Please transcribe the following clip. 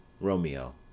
Romeo